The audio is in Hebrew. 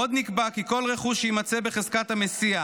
עוד נקבע כי כל רכוש שיימצא בחזקת המסיע,